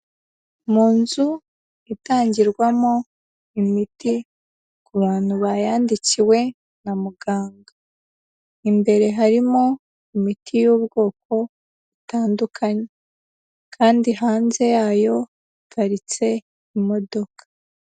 Mu nzu itangirwamo imiti, ku bantu bayandikiwe na muganga, imbere harimo imiti y'ubwoko butandukanye, kandi hanze yayo haparitse imodoka.